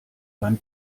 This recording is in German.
beim